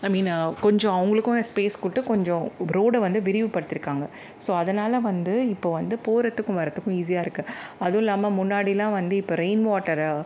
ஐ mean கொஞ்சம் அவர்களுக்கும் space கொடுத்து கொஞ்சம் ரோடை வந்து விரிவுப்படுத்தியிருக்காங்க ஸோ அதனால் வந்து இப்போ வந்து போகிறதுக்கும் வரத்துக்கும் ஈஸியாக இருக்குது அதுவும் இல்லாமல் முன்னாடியெல்லாம் வந்து இப்போ ரெயின் வாட்டரை